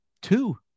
two